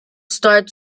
starts